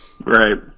Right